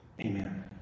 Amen